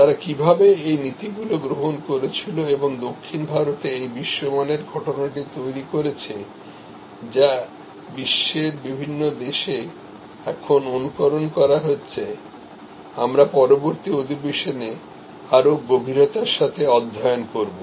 তারা কীভাবে এই নীতিগুলি গ্রহণ করেছিল এবং দক্ষিণ ভারতে এই বিশ্বমানের ঘটনাটি তৈরি করেছেযা এখন বিশ্বের বিভিন্নদেশে অনুকরণ করাহচ্ছে আমরা পরবর্তী অধিবেশনে আরও গভীরতার সাথে অধ্যয়ন করব